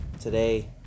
today